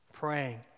Praying